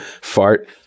fart